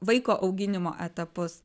vaiko auginimo etapus